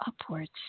upwards